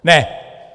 Ne!